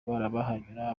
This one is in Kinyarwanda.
bahanyura